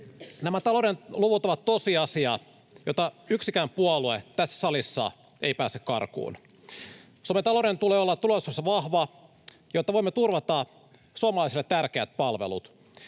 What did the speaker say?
nämä talouden luvut ovat tosiasia, jota yksikään puolue tässä salissa ei pääse karkuun. Suomen talouden tulee olla tulevaisuudessa vahva, jotta voimme turvata suomalaisille tärkeät palvelut.